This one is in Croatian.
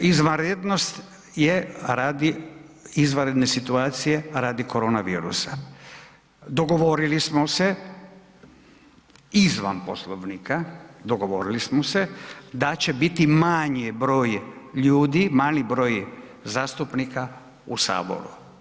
Izvanrednost je radi izvanredne situacije radi korona virusa, dogovorili smo se izvan Poslovnika, dogovorili smo se da će biti manji broj ljudi, mali broj zastupnika u Saboru.